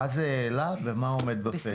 מה זה העלה ומה עומד בפתח,